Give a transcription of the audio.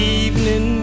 evening